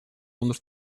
onder